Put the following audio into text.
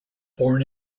born